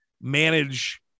manage